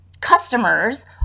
Customers